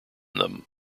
them